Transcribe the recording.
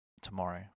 tomorrow